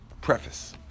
preface